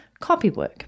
copywork